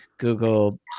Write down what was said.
Google